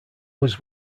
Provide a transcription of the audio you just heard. was